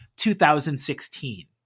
2016